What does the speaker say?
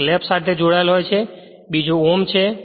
એક લેપ જોડાયેલ છે બીજો om છે